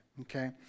Okay